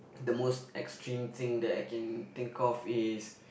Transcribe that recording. the most extreme thing that I can think of is